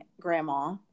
grandma